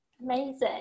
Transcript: Amazing